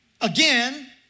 Again